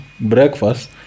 breakfast